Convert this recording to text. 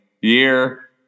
year